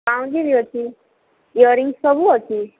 ପାଉଁଜି ବି ଅଛି ଇଅରିଙ୍ଗ୍ ସବୁ ଅଛି